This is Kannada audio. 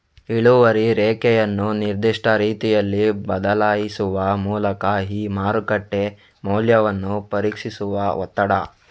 ಇಳುವರಿ ರೇಖೆಯನ್ನು ನಿರ್ದಿಷ್ಟ ರೀತಿಯಲ್ಲಿ ಬದಲಾಯಿಸುವ ಮೂಲಕ ಈ ಮಾರುಕಟ್ಟೆ ಮೌಲ್ಯವನ್ನು ಪರೀಕ್ಷಿಸುವ ಒತ್ತಡ